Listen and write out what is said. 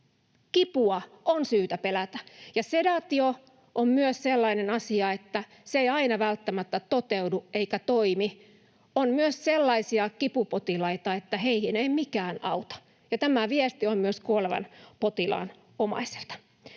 Kipua on syytä pelätä, ja sedaatio on myös sellainen asia, että se ei aina välttämättä toteudu eikä toimi. On myös sellaisia kipupotilaita, että heihin ei mikään auta. Tämä viesti on myös kuolevan potilaan omaiselta.